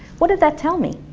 what did that tell me?